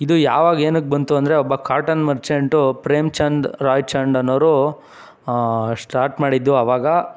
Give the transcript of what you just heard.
ಇದು ಯಾವಾಗ ಏನಕ್ಕೆ ಬಂತು ಅಂದರೆ ಒಬ್ಬ ಕಾಟನ್ ಮರ್ಚೆಂಟು ಪ್ರೇಮ್ ಚಂದ್ ರಾಯ್ ಚಂದ್ ಅನ್ನೋರು ಶ್ಟಾರ್ಟ್ ಮಾಡಿದ್ದು ಅವಾಗ